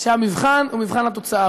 שהמבחן הוא מבחן התוצאה.